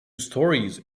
storeys